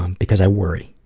um because i worry.